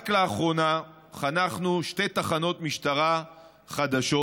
רק לאחרונה נחנכו שתי תחנות משטרה חדשות,